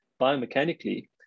biomechanically